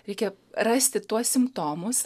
reikia rasti tuos simptomus